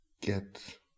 get